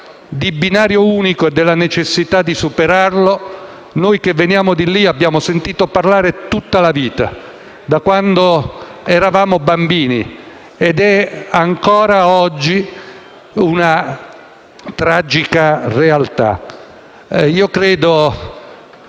di binario unico e della necessità di superarlo, noi che veniamo di lì abbiamo sentito parlare tutta la vita, da quando eravamo bambini ed è ancora oggi una tragica realtà. Credo,